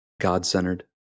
God-centered